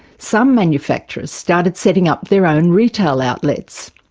some manufacturers started setting up their own retail outlets.